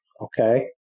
Okay